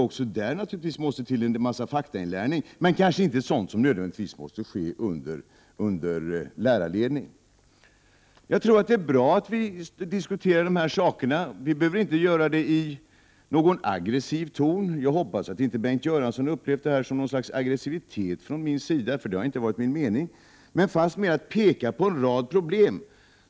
Också där måste till en hel del faktainlärning, men den måste kanske inte nödvändigtvis ske under lärarledning. Jag tror att det är bra att vi diskuterar de här sakerna. Vi behöver inte göra det i någon aggressiv ton. Jag hoppas att Bengt Göransson inte har upplevt det här som något uttryck för aggressivitet från min sida — det har inte varit min avsikt, utan fast mer att visa på en rad problem.